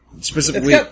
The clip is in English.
Specifically